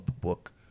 book